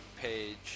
page